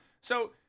So-